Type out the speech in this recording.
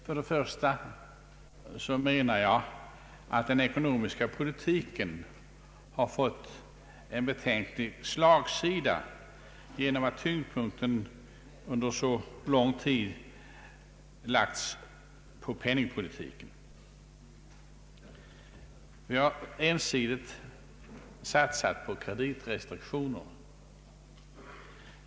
Först och främst menar jag att den ekonomiska politiken har fått en betänklig slagsida genom att tyngdpunkten under så lång tid lagts på penningpolitiken. Vi har ensidigt satsat på kreditrestriktioner.